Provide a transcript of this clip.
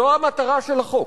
זו המטרה של החוק: